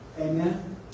Amen